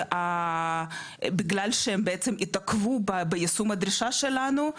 ובגלל שהם בעצם התעכבו ביישום הדרישה שלנו,